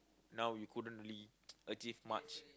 now you couldn't really achieve much